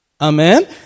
Amen